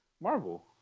Marvel